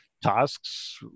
tasks